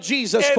Jesus